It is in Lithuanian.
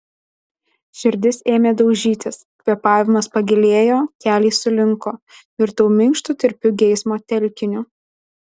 širdis ėmė daužytis kvėpavimas pagilėjo keliai sulinko virtau minkštu tirpiu geismo telkiniu